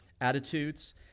attitudes